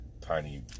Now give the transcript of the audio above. tiny